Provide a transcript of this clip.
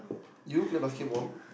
you play basketball